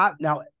now